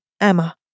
Emma